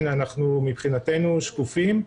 מבחינתנו אנחנו שקופים,